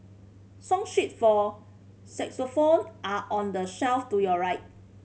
song sheets for xylophone are on the shelf to your right